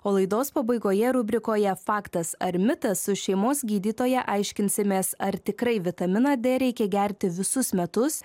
o laidos pabaigoje rubrikoje faktas ar mitas su šeimos gydytoja aiškinsimės ar tikrai vitaminą d reikia gerti visus metus